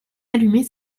allumé